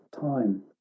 time